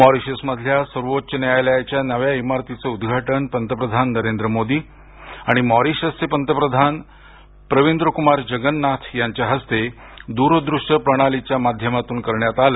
मॉरीशसमधल्या सर्वोच्च न्यायालयाच्या नव्या इमारतीचं उद्घाटन पंतप्रधान नरेंद्र मोदी आणि मॉरीशसचे पंतप्रधान प्रविंद कुमार जगन्नाथ यांच्या हस्ते दूरदृश्य प्रणालीच्या माध्यमातून करण्यात आलं